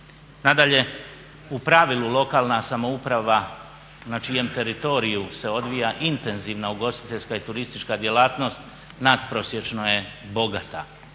Nadalje, u pravilu lokalna samouprava na čijem teritoriju se odvija intenzivno ugostiteljska i turistička djelatnost natprosječno je bogata